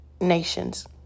nations